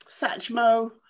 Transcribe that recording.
Satchmo